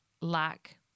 lack